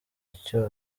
icyo